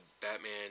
batman